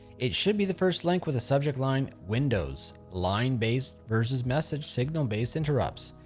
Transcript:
it should be the first link with a subject line windows line-based vs message signal-based interrupts.